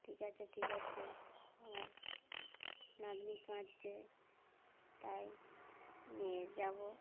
ঠিক আছে ঠিক আছে আমার নাতনি কাঁদছে তাই নিয়ে যাব